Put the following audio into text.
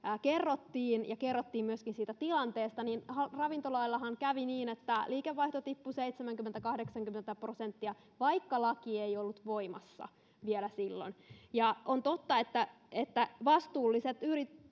kerrottiin ja kerrottiin myöskin siitä tilanteesta niin ravintolaillahan kävi niin että liikevaihto tippui seitsemänkymmentä viiva kahdeksankymmentä prosenttia vaikka laki ei ollut voimassa vielä silloin ja on totta että että vastuulliset